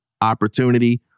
opportunity